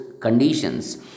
conditions